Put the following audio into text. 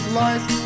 life